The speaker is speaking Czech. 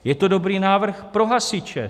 Je to dobrý návrh pro hasiče.